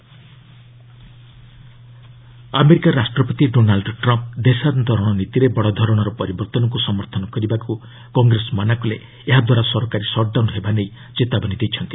Trump immigration America ରାଷ୍ଟ୍ରପତି Donald Trump ଦେଶାନ୍ତରଣ ନୀତିରେ ବଡ଼ଧରଣର ପରିବର୍ତ୍ତନକୁ ସମର୍ଥନ କରିବାକୁ କଂଗ୍ରେସ ମନା କଲେ ଏହା ଦ୍ୱାରା ସରକାରୀ ସଟ୍ ଡାଉନ୍ ହେବା ନେଇ ଚେତାବନୀ ଦେଇଛନ୍ତି